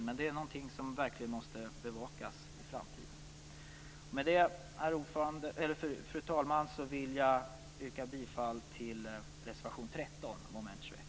Men det är någonting som verkligen måste bevakas i framtiden. Fru talman! Med det anförda vill jag yrka bifall till reservation nr 13 under mom. 21.